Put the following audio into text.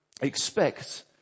expect